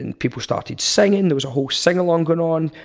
and people started singing. there was a whole singalong going on.